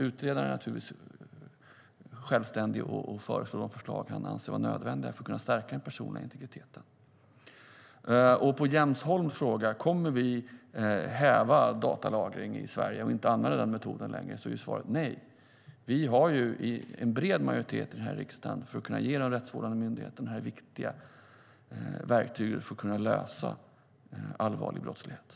Utredaren är naturligtvis självständig och kan föreslå det han anser vara nödvändigt för att kunna stärka den personliga integriteten. På Jens Holms fråga om vi kommer att häva datalagring i Sverige och inte använda den metoden längre är svaret nej. Det finns en bred majoritet här i riksdagen för att kunna ge de rättsvårdande myndigheterna detta viktiga verktyg för att kunna klara upp allvarlig brottslighet.